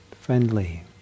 friendly